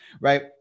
right